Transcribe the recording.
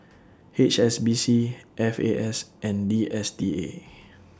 H S B C F A S and D S T A